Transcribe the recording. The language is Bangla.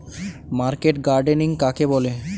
মার্কেট গার্ডেনিং কাকে বলে?